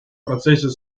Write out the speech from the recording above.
процессе